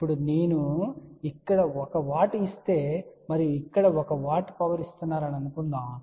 ఇప్పుడు నేను ఇక్కడ 1 W ఇస్తే మరియు ఇక్కడ 1 W పవర్ ను ఇస్తున్నానని అనుకుందాం